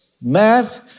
math